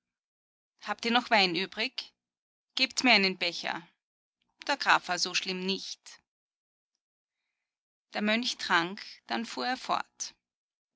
habt ihr noch wein übrig gebt mir einen becher der graf war so schlimm nicht der mönch trank dann fuhr er fort